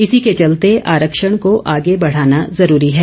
इसी के चलते आरक्षण को आगे बढ़ाना जरूरी है